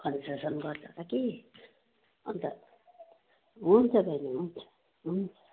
concession गर्छ होला कि अन्त हुन्छ दाजु हुन्छ हुन्छ